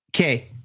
Okay